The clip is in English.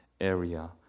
area